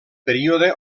període